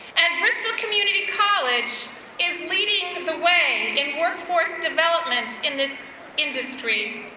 and bristol community college is leading the way in workforce development in this industry.